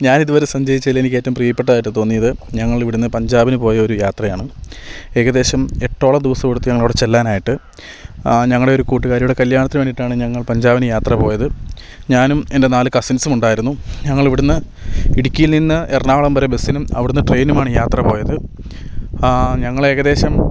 ഞാനിതുവരെ സഞ്ചരിച്ചതിൽ എനിക്കേറ്റവും പ്രിയപ്പെട്ടതായിട്ട് തോന്നിയത് ഞങ്ങളിവിടെ നിന്ന് പഞ്ചാബിന് പോയൊരു യാത്രയാണ് ഏകദേശം എട്ടോളം ദിവസമെടുത്ത് ഞങ്ങളവിടെ ചെല്ലാനായിട്ട് ഞങ്ങളുടെ ഒരു കൂട്ടുകാരിയുടെ കല്ല്യാണത്തിന് വേണ്ടിയിട്ടാണ് ഞങ്ങൾ പഞ്ചാബിന് യാത്ര പോയത് ഞാനും എൻ്റെ നാല് കസിൻസും ഉണ്ടായിരുന്നു ഞങ്ങളിവിടെ നിന്ന് ഇടുക്കിയിൽ നിന്ന് എറണാകുളം വരെ ബസ്സിനും അവിടെ നിന്ന് ട്രെയിനിനുമാണ് യാത്ര പോയത് ഞങ്ങൾ ഏകദേശം